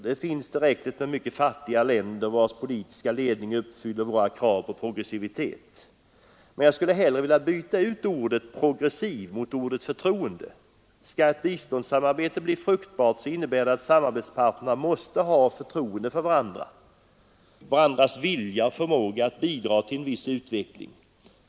Det finns tillräckligt med fattiga länder, vilkas politiska ledning uppfyller våra krav på progressivitet. Men jag skulle hellre vilja byta ut ordet progressiv mot ordet förtroende. För att ett biståndssamarbete skall kunna bli fruktbart måste samarbetsparterna ha förtroende för varandra och för varandras vilja och förmåga att bidra till en viss utveckling.